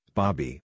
Bobby